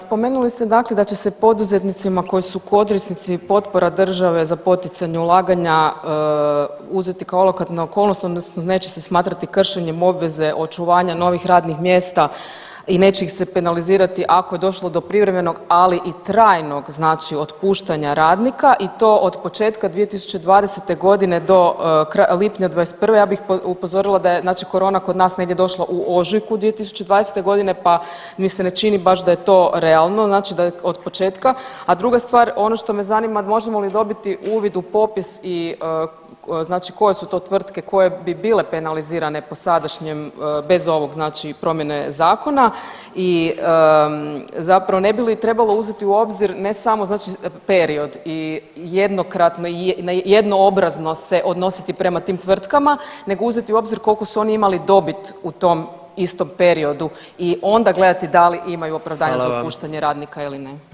Spomenuli ste dakle da će se poduzetnicima koji su korisnici potpora države za poticanje ulaganja uzeti kao olakotna okolnost odnosno neće se smatrati kršenjem obveze očuvanja novih radnih mjesta i neće ih se penalizirati ako je došlo do privremenog, ali i trajnog znači otpuštanja radnika i to od početka 2020. g. do lipnja '21., ja bih upozorila da je znači korona kod nas negdje došla u ožujku 2020. g. pa mi se ne čini baš da je to realno, znači da je od početka, a druga stvar, ono što me zanima, možemo li dobiti uvid u popis i znači koje su to tvrtke koje bi bile penalizirane po sadašnjem, bez ovog znači, promjene zakona i zapravo, ne bi li trebalo uzeti u obzir, ne samo znači period i jednokratno i jednoobrazno se odnositi prema tim tvrtkama nego uzeti u obzir koliko su oni imali dobit u tom istom periodu i onda gledati da li imaju opravdanje za otpuštanje radnika ili ne.